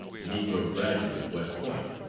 the negro graduate of west point,